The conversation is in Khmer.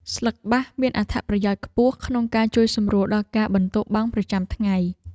ស្លឹកបាសមានអត្ថប្រយោជន៍ខ្ពស់ក្នុងការជួយសម្រួលដល់ការបន្ទោរបង់ប្រចាំថ្ងៃ។